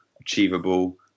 achievable